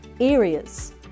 areas